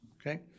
Okay